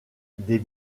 des